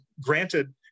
granted